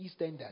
EastEnders